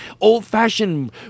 old-fashioned